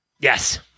Yes